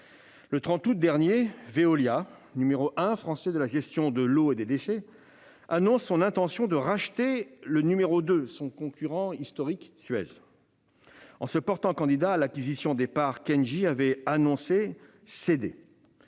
Le 30 août dernier, Veolia, numéro un français de la gestion de l'eau et des déchets, annonce son intention de racheter le numéro deux, Suez, son concurrent historique, en se portant candidat à l'acquisition des parts qu'Engie avait annoncé céder.